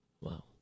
Wow